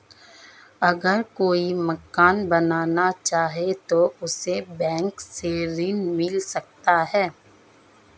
अगर कोई मकान बनाना चाहे तो उसे बैंक से ऋण मिल सकता है?